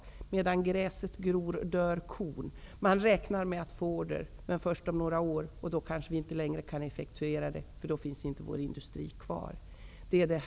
Det lyder: Medan gräset gror dör kon. Man räknar med att få order, men först om några år, och då kan de inte längre effektueras, eftersom det kanske inte finns någon industri kvar.